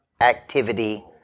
activity